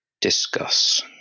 Discuss